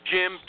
Jim